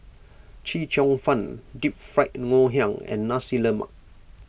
Chee Cheong Fun Deep Fried Ngoh Hiang and Nasi Lemak